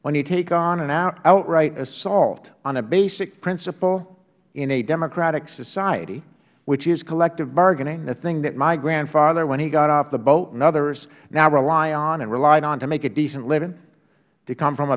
when you take on an outright assault on a basic principle in a democratic society which is collective bargaining the thing that my grandfather when he got off the boat and others now rely on and relied on to make a decent living to come from